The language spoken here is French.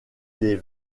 des